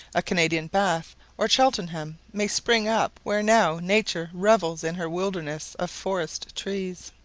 a canadian bath or cheltenham may spring up where now nature revels in her wilderness of forest trees.